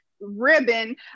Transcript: ribbon